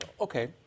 okay